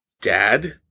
dad